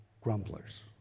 grumblers